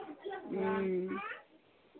ह्म्म